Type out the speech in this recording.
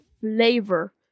flavor